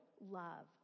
love